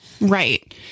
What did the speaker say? Right